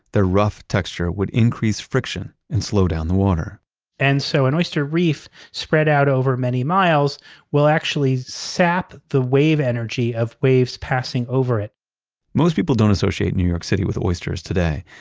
their rough texture would increase friction and slow down the water and so an oyster reef spread out over many miles will actually sap the wave energy of waves passing over it most people don't associate new york city with oysters today.